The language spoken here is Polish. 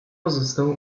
pozostał